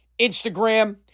Instagram